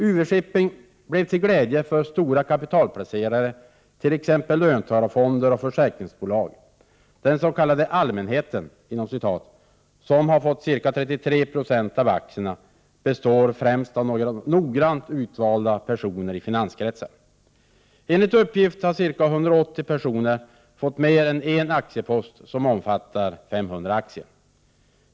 UV-Shipping blev till glädje för stora kapitalplacerare, t.ex. löntagarfonder och försäkringsbolag. Den s.k. allmänheten, som fått ca 33 0 av aktierna, består främst av några noggrant utvalda personer i finanskretsar. Enligt uppgift har ca 180 personer fått mer än en aktiepost som omfattar 500 aktier.